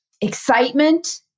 excitement